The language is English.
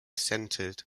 centered